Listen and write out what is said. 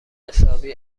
حسابی